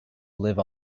live